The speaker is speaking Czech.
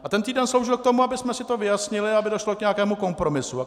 A ten týden sloužil k tomu, abychom si to vyjasnili, aby došlo k nějakému kompromisu.